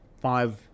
five